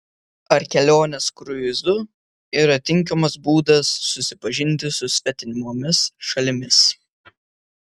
ar kelionės kruizu yra tinkamas būdas susipažinti su svetimomis šalimis